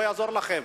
לא יעזור לכם.